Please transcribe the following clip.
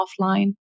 offline